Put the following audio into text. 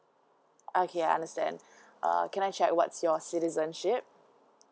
okay I understand uh can I check what's your citizenship